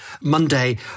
Monday